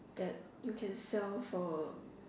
that you can sell for